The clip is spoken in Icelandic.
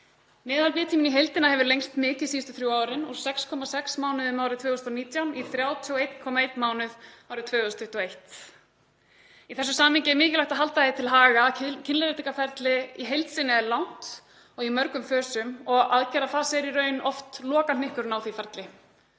Meðalbiðtími í heildina hefur lengst mikið síðustu þrjú árin, úr 6,6 mánuðum árið 2019 í 31,1 mánuð árið 2021. Í þessu samhengi er mikilvægt að halda því til haga að kynleiðréttingarferli í heild sinni er langt og í mörgum fösum og aðgerðarfasi er í raun oft lokahnykkurinn á því ferli.